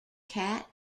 cat